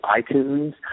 iTunes